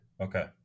Okay